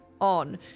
on